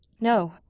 no